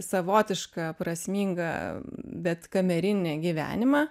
savotišką prasmingą bet kamerinį gyvenimą